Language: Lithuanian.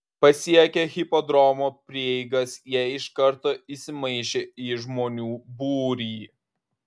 pasiekę hipodromo prieigas jie iš karto įsimaišė į žmonių būrį